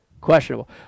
questionable